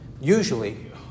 Usually